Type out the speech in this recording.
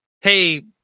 hey